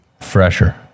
fresher